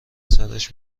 سرش